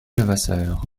levasseur